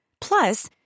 Plus